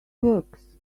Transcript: works